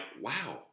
wow